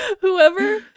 whoever